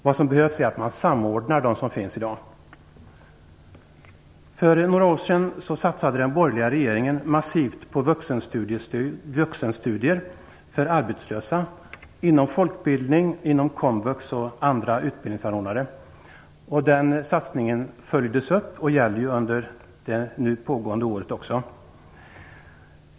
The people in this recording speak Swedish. Det som behövs är en samordning av de system som finns i dag. För några år sedan satsade den borgerliga regeringen massivt på vuxenstudier för arbetslösa inom folkbildningen, komvux och andra utbildningsanordnare. Den satsningen följdes upp och gäller också under det nu pågående året.